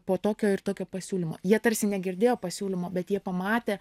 po tokio ir tokio pasiūlymo jie tarsi negirdėjo pasiūlymo bet jie pamatė